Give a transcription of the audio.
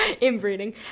Inbreeding